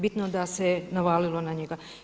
Bitno da se navalilo na njega.